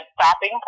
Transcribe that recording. stopping